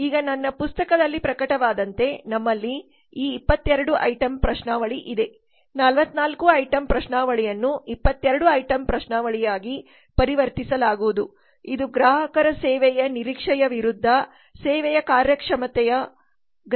ಈಗ ನನ್ನ ಪುಸ್ತಕದಲ್ಲಿ ಪ್ರಕಟವಾದಂತೆ ನಮ್ಮಲ್ಲಿ ಈ 22 ಐಟಂ ಪ್ರಶ್ನಾವಳಿ ಇದೆ 44 ಐಟಂ ಪ್ರಶ್ನಾವಳಿಯನ್ನು 22 ಐಟಂ ಪ್ರಶ್ನಾವಳಿಯಾಗಿ ಪರಿವರ್ತಿಸಲಾಗುವುದು ಇದು ಗ್ರಾಹಕರ ಸೇವೆಯ ನಿರೀಕ್ಷೆಯ ವಿರುದ್ಧ ಸೇವೆಯ ಕಾರ್ಯಕ್ಷಮತೆಯ ಗ್ರಹಿಕೆಯನ್ನು ಅಳೆಯುತ್ತದೆ